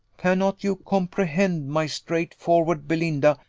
cannot you comprehend, my straight-forward belinda,